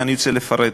ואני רוצה לפרט,